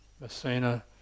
Messina